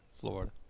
Florida